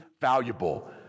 valuable